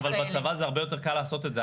אבל בצבא הרבה יותר קל לעשות את זה.